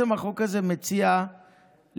החוק הזה בעצם מציע להסמיך